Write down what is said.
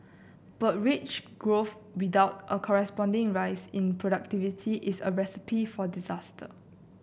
but wage growth without a corresponding rise in productivity is a recipe for disaster